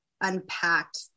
unpacked